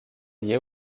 lié